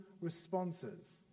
responses